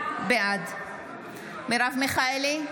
בעד מרב מיכאלי,